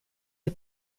est